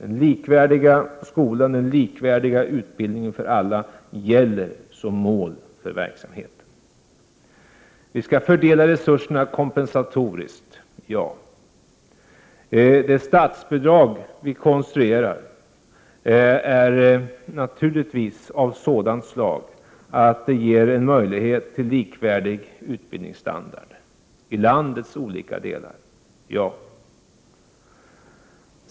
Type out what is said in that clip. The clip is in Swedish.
En likvärdig skola, en likvärdig utbildning för alla, gäller som mål för verksamheten. Vi skall fördela resurserna kompensatoriskt — ja. Det statsbidrag som vi konstruerar är naturligtvis av sådant slag att det ger möjlighet till en likvärdig utbildningsstandard i landets olika delar — ja.